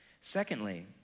Secondly